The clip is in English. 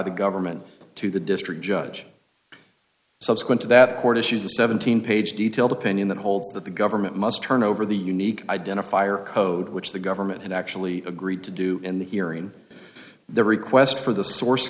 the government to the district judge subsequent to that court issues a seventeen page detailed opinion that holds that the government must turn over the unique identifier code which the government had actually agreed to do in the hearing the request for the source